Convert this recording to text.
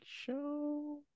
show